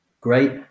great